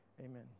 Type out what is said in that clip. amen